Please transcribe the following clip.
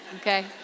okay